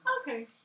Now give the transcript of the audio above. Okay